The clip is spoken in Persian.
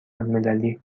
المللی